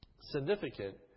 significant